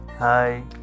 Hi